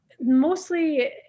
mostly